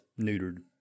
neutered